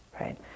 right